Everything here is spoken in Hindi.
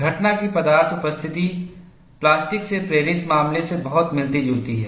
घटना की पदार्थ उपस्थिति प्लास्टिक से प्रेरित मामले से बहुत मिलती जुलती है